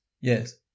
Yes